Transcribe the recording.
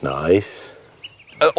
nice